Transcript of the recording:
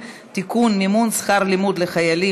הרשעה בעבירה שיש עמה קלון (תיקוני חקיקה),